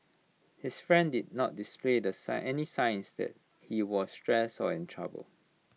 his friend did not display the sign any signs that he was stressed or in trouble